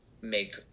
make